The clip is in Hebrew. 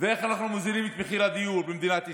ואיך אנחנו מוזילים את מחירי הדיור במדינת ישראל.